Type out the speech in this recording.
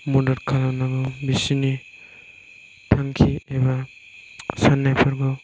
मदद खालामनांगौ बिसोरनि थांखि एबा साननायफोरखौ